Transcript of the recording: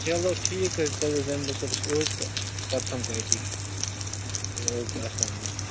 چلو ٹھیٖک حظ چھُ تیٚلہِ حظ یِمہٕ بہٕ صُبحس اوٗرۍ تہٕ پتہٕ سَمکھو أتی اوکے اسلامُ علیکم